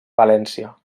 valència